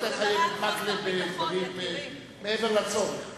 אל תחייב את מקלב בדברים מעבר לצורך.